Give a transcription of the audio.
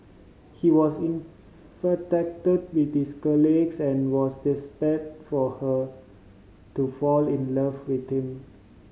he was infatuated with his colleagues and was desperate for her to fall in love with him